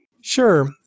Sure